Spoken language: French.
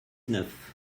neuf